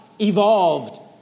evolved